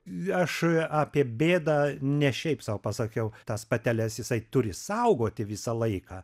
aš apie bėdą ne šiaip sau pasakiau tas pateles jisai turi saugoti visą laiką